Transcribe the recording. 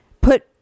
put